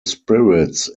spirits